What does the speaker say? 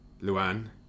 Luan